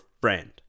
friend